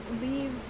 leave